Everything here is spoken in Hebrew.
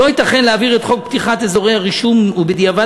"לא ייתכן להעביר את חוק פתיחת אזורי הרישום ובדיעבד